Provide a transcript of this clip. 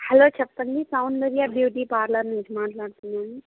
hello చెప్పండి Soundarya beauty parlour నుంచి మాట్లాడుతున్నాను